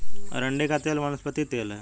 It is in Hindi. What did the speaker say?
अरंडी का तेल वनस्पति तेल है